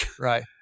Right